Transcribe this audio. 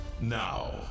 now